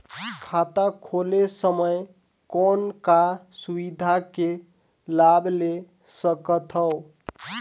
खाता खोले समय कौन का सुविधा के लाभ ले सकथव?